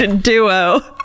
duo